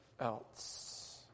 else